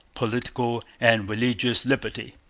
political, and religious liberty.